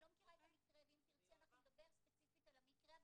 אני לא מכירה את המקרה ואם תרצי אנחנו נדבר ספציפית על המקרה,